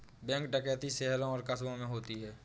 bank डकैती शहरों और कस्बों में होती है